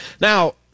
Now